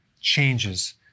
changes